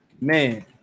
Man